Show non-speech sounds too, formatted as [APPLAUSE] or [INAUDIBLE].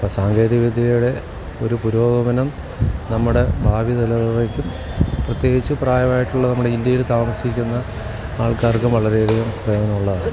അപ്പം സാങ്കേതിക വിദ്യയുടെ ഒരു പുരോഗമനം നമ്മുടെ ഭാവി നിലനി [UNINTELLIGIBLE] പ്രതേകിച്ചും പ്രായമായിട്ടുള്ള നമ്മുടെ ഇന്ത്യയിൽ താമസിക്കുന്ന ആൾക്കാർക്ക് വളരെ അധികം പ്രയോജനമുള്ളതാണ്